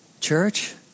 church